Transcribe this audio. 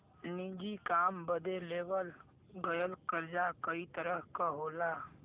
निजी काम बदे लेवल गयल कर्जा कई तरह क होला